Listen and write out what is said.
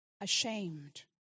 ashamed